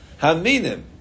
Haminim